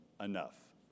enough